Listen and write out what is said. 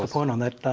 point on that.